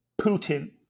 Putin